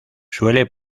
suele